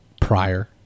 prior